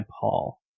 paul